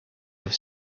have